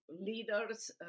leaders